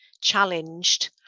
challenged